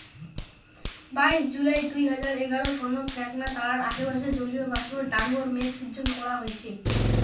বাইশ জুলাই দুই হাজার এগারো সনত এ্যাকনা তারার আশেপাশে জলীয়বাষ্পর ডাঙর মেঘ শিজ্জন করা হইচে